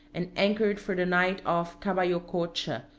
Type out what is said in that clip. and anchored for the night off caballococha,